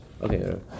Okay